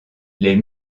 les